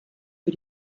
für